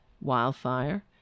wildfire